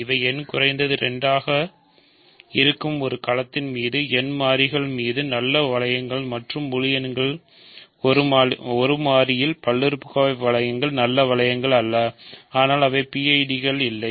இவை n குறைந்தது 2 இருக்கும் ஒரு களத்தின் மீது n மாறிகள் மீது நல்ல வளையங்கள் மற்றும் முழு எண்களில் ஒரு மாறியில் பல்லுறுப்புக்கோவை வளையங்கள் நல்ல வளையங்கள் அல்ல ஆனால் அவை PID கள் யில்லை